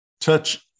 touch